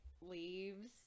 leaves